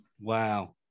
wow